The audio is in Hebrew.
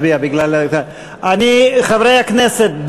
חברי הכנסת,